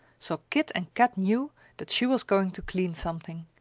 so kit and kat knew that she was going to clean something.